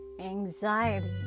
anxiety